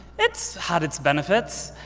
it's had its benefits.